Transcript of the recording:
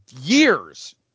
years